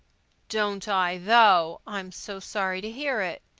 don't i, though! i'm so sorry to hear it.